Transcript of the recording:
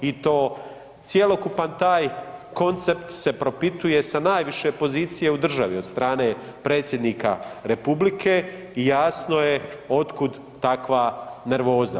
I to, cjelokupan taj koncept se propituje sa najviše pozicije u državi od strane predsjednika republike i jasno je otkud takva nervoza.